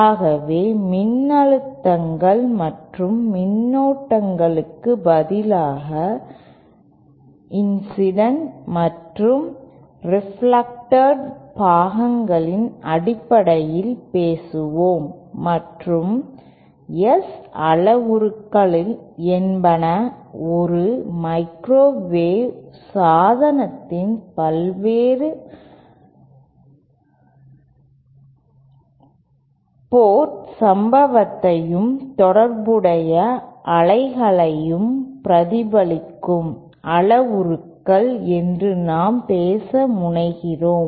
ஆகவே மின்னழுத்தங்கள் மற்றும் மின்னோட்டங்களுக்குப் பதிலாக இன்சிடென்ட் மற்றும் ரிஃப்ளெக்டேட் பாகங்களின் அடிப்படையில் பேசுவோம் மற்றும் S அளவுருக்கள் என்பன ஒரு மைக்ரோவேவ் சாதனத்தின் பல்வேறு போர்ட் சம்பவத்தையும் தொடர்புடைய அலைகளையும் பிரதிபலிக்கும் அளவுருக்கள் என்று நாம் பேச முனைகிறோம்